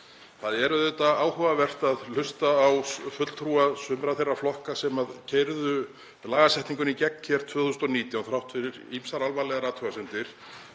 Það er auðvitað áhugavert að hlusta á fulltrúa sumra þeirra flokka sem keyrðu lagasetninguna í gegn hér 2019, þrátt fyrir ýmsar alvarlegar athugasemdir,